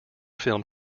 film